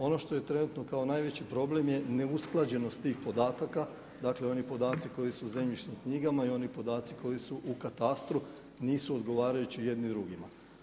Ono što je trenutno kao najveći problem je neusklađenost tih podataka, dakle, podaci koji su u zemljišnim knjigama i oni podaci koji su u katastru nisu odgovarajući jedni drugima.